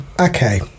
Okay